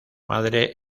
madre